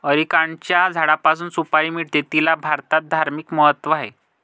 अरिकानटच्या झाडापासून सुपारी मिळते, तिला भारतात धार्मिक महत्त्व आहे